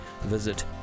visit